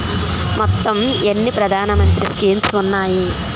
మొత్తం ఎన్ని ప్రధాన మంత్రి స్కీమ్స్ ఉన్నాయి?